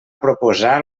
proposar